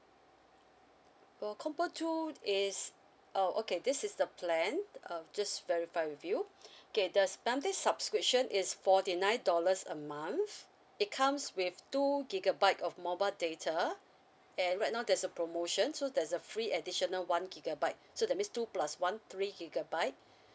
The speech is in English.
for combo two is oh okay this is the plan uh just verify with you okay the monthly subscription is forty nine dollars a month it comes with two gigabyte of mobile data and right now there's a promotion so there's a free additional one gigabyte so that means two plus one three gigabyte